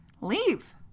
leave